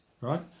right